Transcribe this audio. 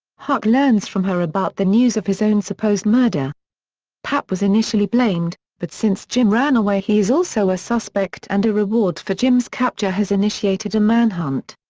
huck learns from her about the news of his own supposed murder pap was initially blamed, but since jim ran away he is also a suspect and a reward for jim's capture has initiated a manhunt.